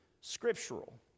scriptural